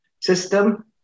System